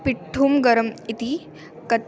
पिट्ठुं गरम् इति कत्